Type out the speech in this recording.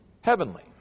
heavenly